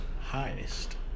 highest